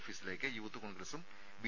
ഓഫീസിലേക്ക് യൂത്ത് കോൺഗ്രസും ബി